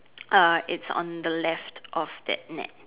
uh it's on the left of that net